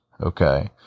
Okay